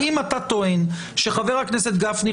האם אתה טוען שחה"כ גפני,